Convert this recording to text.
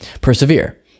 persevere